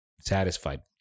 satisfied